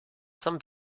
some